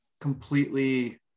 completely